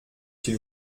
s’il